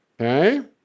Okay